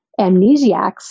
amnesiacs